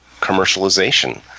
commercialization